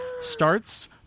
starts